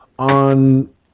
On